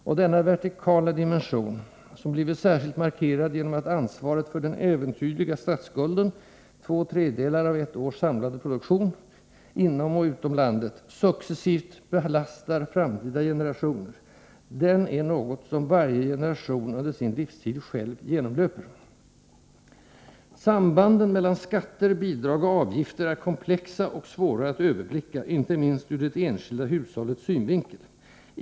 Och denna vertikala dimension, som blivit särskilt markerad genom att ansvaret för den äventyrliga statsskulden — två tredjedelar av ett års samlade produktion — inom och utom landet, successivt belastar framtida generationer, den är något som varje generation under sin livstid själv genomlöper. ”Sambanden mellan skatter, bidrag och avgifter är komplexa och svåra att överblicka — inte minst ur det enskilda hushållets synvinkel.